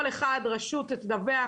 כל רשות תדווח,